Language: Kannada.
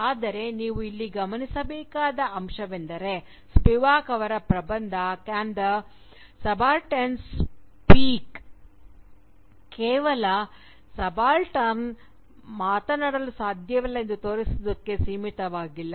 ಆದರೆ ನೀವು ಇಲ್ಲಿ ಗಮನಿಸಬೇಕಾದ ಅಂಶವೆಂದರೆ ಸ್ಪಿವಾಕ್ ಅವರ ಪ್ರಬಂಧ ಕ್ಯಾನ್ ದಿ ಸಬಾಲ್ಟರ್ನ್ ಸ್ಪೀಕ್" ಕೇವಲ ಸಬಾಲ್ಟರ್ನ್ ಮಾತನಾಡಲು ಸಾಧ್ಯವಿಲ್ಲ ಎಂದು ತೋರಿಸುವುದಕ್ಕೆ ಸೀಮಿತವಾಗಿಲ್ಲ